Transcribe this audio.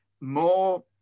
more